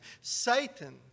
Satan